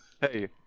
Hey